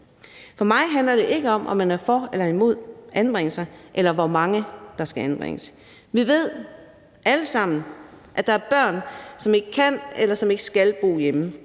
For mig handler det ikke om, om man er for eller imod anbringelse, eller hvor mange der skal anbringes. Vi ved alle sammen, at der er børn, som ikke kan eller ikke skal bo hjemme,